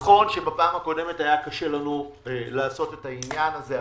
נכון שבפעם הקודמת היה לנו קשה לעשות את העניין הזה,